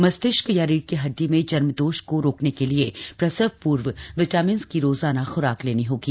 मस्तिष्क या रीढ़ की हड्डी में जन्म दोष को रोकने के लिए प्रसव पूर्व के विटामिन्स की रोजाना ख्राक लेनी होती है